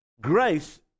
grace